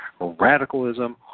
radicalism